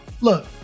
Look